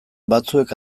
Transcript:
batzuek